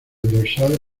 dorsal